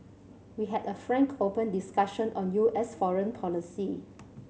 we had a frank open discussion on U S foreign policy